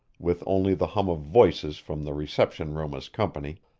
with only the hum of voices from the reception-room as company,